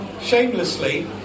Shamelessly